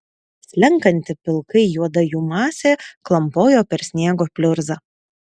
slenkanti pilkai juoda jų masė klampojo per sniego pliurzą